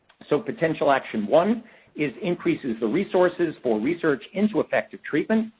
so, potential action one is increases the resources for research into effective treatment.